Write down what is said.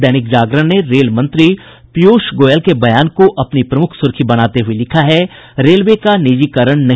दैनिक जागरण ने रेल मंत्री पीयूष गोयल के बयान को अपनी प्रमुख सुर्खी बनाते हुये लिखा है रेलवे का निजीकरण नहीं